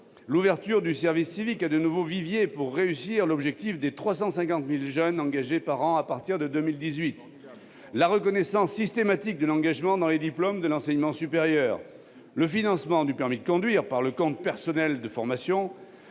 l'ouverture du service civique à de nouveaux viviers, pour atteindre l'objectif de 350 000 jeunes engagés par an à partir de 2018, la reconnaissance systématique de l'engagement dans les diplômes de l'enseignement supérieur, le financement du permis de conduire par le compte personnel de formation,